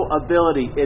ability